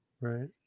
Right